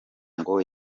ngo